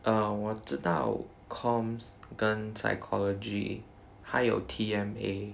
err 我知道 comms 跟 psychology 它有 T_M_A